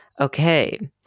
Okay